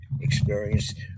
experienced